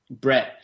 Brett